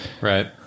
Right